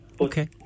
Okay